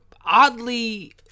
oddly